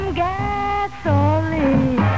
gasoline